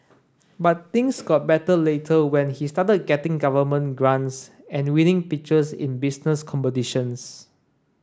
but things got better later when he started getting government grants and winning pitches in business competitions